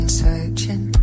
searching